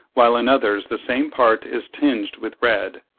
while in others the same part is tinged with red.